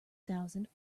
thousand